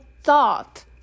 thought